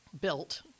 built